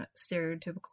stereotypical